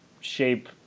shape